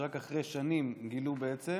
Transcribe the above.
שרק אחרי שנים גילו בעצם,